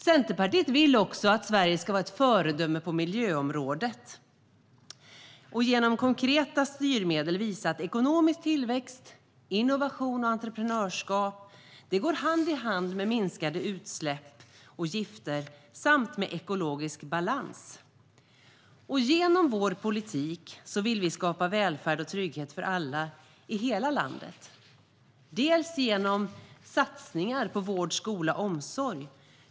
Centerpartiet vill också att Sverige ska vara ett föredöme på miljöområdet och genom konkreta styrmedel visa att ekonomisk tillväxt, innovation och entreprenörskap går hand i hand med minskade utsläpp och gifter samt med ekologisk balans. Genom vår politik vill vi skapa välfärd och trygghet för alla i hela landet, bland annat genom satsningar på vård, skola och omsorg.